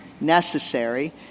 necessary